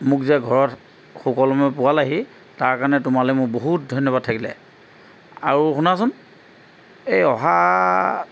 মোক যে ঘৰত সুকলমে পোৱালাহি তাৰকাৰণে তোমালৈ মোৰ বহুত ধন্যবাদ থাকিলে আৰু শুনাচোন এই অহা